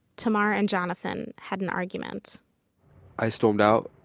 tamar and jonathan had an argument i stormed out,